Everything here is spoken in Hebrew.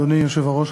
אדוני היושב-ראש,